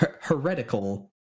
Heretical